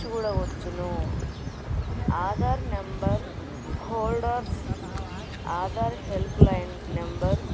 చూడవచ్చును Aadhaar number holders Aadhaar help line number